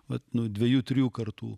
vat nu dviejų trijų kartų